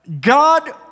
God